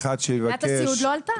גמלת הסיעוד לא עלתה.